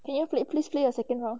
can you play please play a second round